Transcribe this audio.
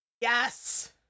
Yes